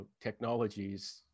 technologies